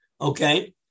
Okay